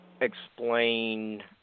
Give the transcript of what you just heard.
explain